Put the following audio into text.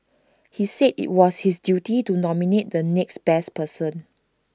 he said IT was his duty to nominate the next best person